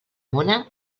mona